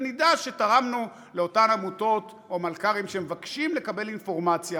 ונדע שתרמנו לאותן עמותות או מלכ"רים שמבקשים לקבל אינפורמציה